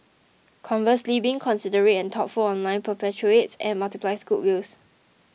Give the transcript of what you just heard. conversely being considerate and thoughtful online perpetuates and multiplies goodwills